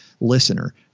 listener